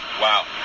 wow